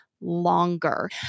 longer